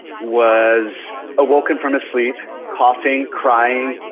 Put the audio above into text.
was awoken from his sleep, coughing, crying,